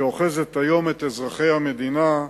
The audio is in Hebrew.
שאוחזים היום את אזרחי המדינה,